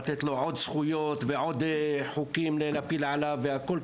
לתת לו עוד זכויות ולהפיל עליו עוד חוקים והכל,